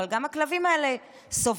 אבל גם הכלבים האלה סובלים.